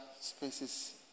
spaces